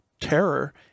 terror